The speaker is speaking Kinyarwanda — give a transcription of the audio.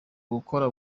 gukora